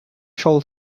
shall